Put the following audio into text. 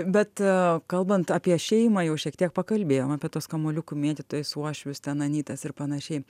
bet kalbant apie šeimą jau šiek tiek pakalbėjom apie tuos kamuoliukų mėtytojus uošvius ten anytas ir panašiai